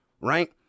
Right